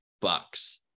Bucks